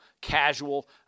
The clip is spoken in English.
casual